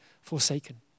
forsaken